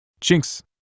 Jinx